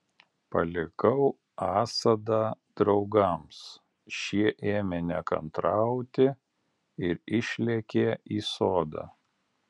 palikau asadą draugams šie ėmė nekantrauti ir išlėkė į sodą